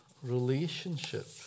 relationship